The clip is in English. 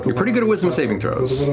pretty good at wisdom saving throws.